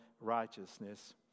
righteousness